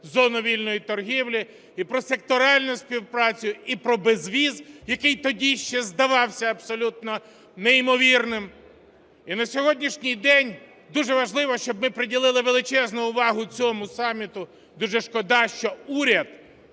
зону вільної торгівлі, і про секторальну співпрацю, і про безвіз, який тоді ще здавався абсолютно неймовірним. І на сьогоднішній день дуже важливо, щоб ми приділили величезну увагу цьому саміту. Дуже шкода, що уряд